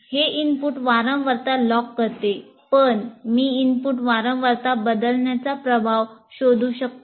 हे इनपुट वारंवारतावर लॉक करते मग मी इनपुट वारंवारता बदलण्याचा प्रभाव शोधू शकतो